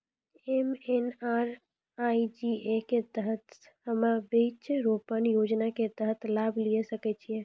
MNREGA के तहत हम्मय वृक्ष रोपण योजना के तहत लाभ लिये सकय छियै?